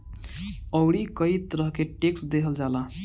अउरी कई तरह के टेक्स देहल जाला